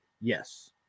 yes